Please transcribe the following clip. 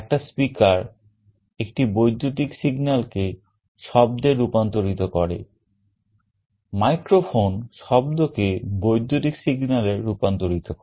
একটা speaker একটি বৈদ্যুতিক signalকে শব্দে রূপান্তরিত করে microphone শব্দকে বৈদ্যুতিক signal এ রূপান্তরিত করে